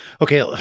Okay